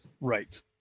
Right